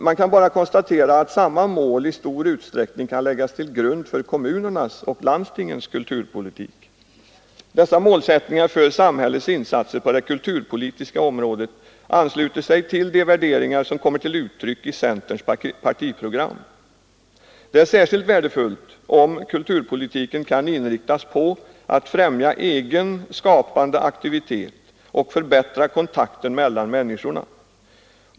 Man kan bara konstatera att samma mål i stor utsträckning kan läggas till grund för kommunernas och landstingens kulturpolitik. Dessa målsättningar för samhällets insatser på det kulturpolitiska området ansluter sig till de värderingar som kommer till uttryck i centerns partiprogram. Det är särskilt värdefullt om kulturpolitiken kan inriktas på att främja egen skapande aktivitet och förbättra kontakten mellan människorna.